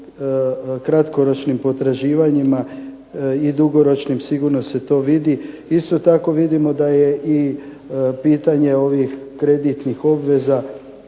kratkoročnim potraživanjima i dugoročnim sigurno se to vidi. Isto tako, vidimo da je i pitanje ovih kreditnih obveza